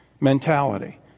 mentality